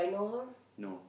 no